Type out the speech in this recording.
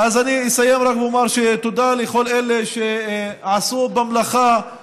אז אני אסיים רק ואומר תודה לכל אלה שעשו במלאכה,